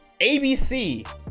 ABC